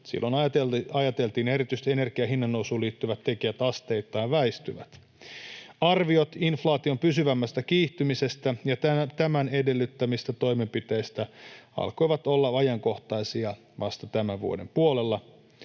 silloin ajateltiin — ja erityisesti energian hinnannousuun liittyvät tekijät asteittain väistyvät. Arviot inflaation pysyvämmästä kiihtymisestä ja tämän edellyttämistä toimenpiteistä alkoivat olla ajankohtaisia vasta tämän vuoden puolella